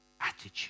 attitude